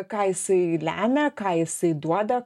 ką jisai lemia ką jisai duoda